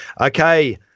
okay